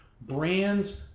Brands